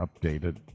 updated